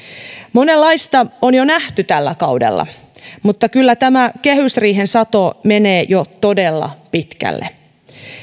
monenlaista on jo nähty tällä kaudella mutta kyllä tämä kehysriihen sato menee jo todella pitkälle